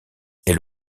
elle